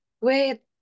wait